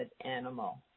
animal